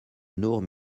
nur